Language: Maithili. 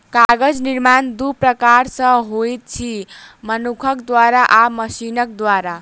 कागज निर्माण दू प्रकार सॅ होइत अछि, मनुखक द्वारा आ मशीनक द्वारा